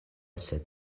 sed